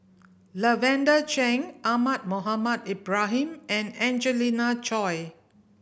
Lavender Chang Ahmad Mohamed Ibrahim and Angelina Choy